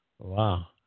Wow